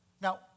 Now